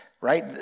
right